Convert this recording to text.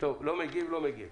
לא מגיב.